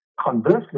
Conversely